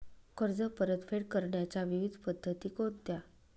कर्ज परतफेड करण्याच्या विविध पद्धती कोणत्या?